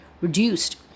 reduced